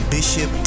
Bishop